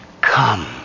Come